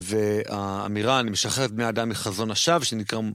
והאמירה אני משחררת בני אדם מחזון השווא שנקרא